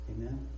Amen